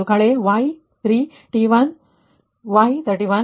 ಅದು ಕಳೆ Y3T1Y31V1 Y32V2p1